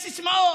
ואז יש סיסמאות,